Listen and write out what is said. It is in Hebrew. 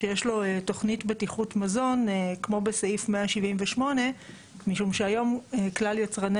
שיש לו תכנית בטיחות מזון כמו בסעיף 178 משום שהיום כלל יצרני